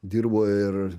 dirbo ir